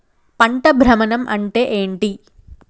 పంట భ్రమణం అంటే ఏంటి?